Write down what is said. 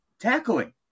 Tackling